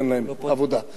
יוכלו לנסוע לתל-אביב,